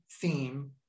theme